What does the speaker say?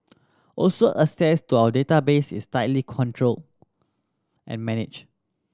also access to our database is tightly controlled and managed